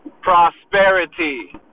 Prosperity